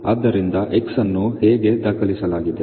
ಆದ್ದರಿಂದ 'X' ಅನ್ನು ಹೇಗೆ ದಾಖಲಿಸಲಾಗಿದೆ